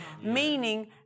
Meaning